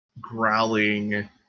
growling